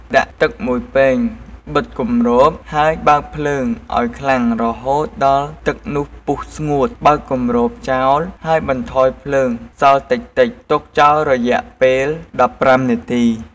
ដាក់ទឹក១ពែងបិទគម្រប ហើយបើកភ្លើងឱ្យខ្លាំងរហូតដល់ទឹកនោះពុះស្ងួត បើកគម្របចោល ហើយបន្ថយភ្លើងសល់តិចៗ ទុកចោលរយៈពេល១៥នាទី។